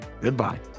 Goodbye